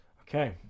Okay